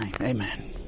Amen